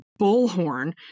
bullhorn